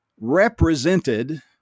represented